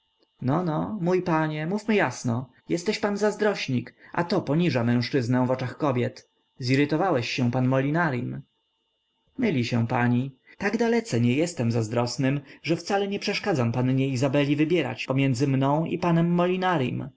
no no mój panie mówmy jasno jesteś pan zazdrośnik a to poniża mężczyznę w oczach kobiet zirytowałeś się pan molinarim myli się pani tak dalece nie jestem zazdrosny że wcale nie przeszkadzam pannie izabeli wybierać pomiędzy mną i panem